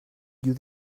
you